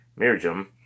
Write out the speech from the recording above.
Mirjam